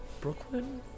Brooklyn